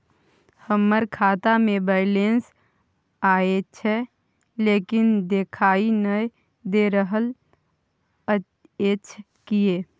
हमरा खाता में बैलेंस अएछ लेकिन देखाई नय दे रहल अएछ, किये?